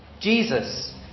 Jesus